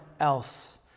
else